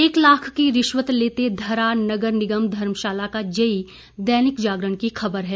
एक लाख की रिश्वत लेते धरा नगर निगम धर्मशाला का जेई दैनिक जागरण की खबर है